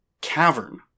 cavern